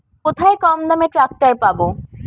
কোথায় কমদামে ট্রাকটার পাব?